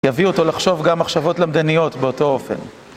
יביא אותו לחשוב גם מחשבות למדיניות באותו אופן.